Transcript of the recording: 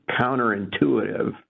counterintuitive